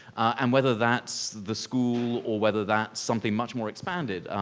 and whether that's the school or whether that's something much more expanded,